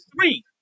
three